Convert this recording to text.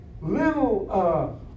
little